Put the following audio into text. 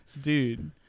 Dude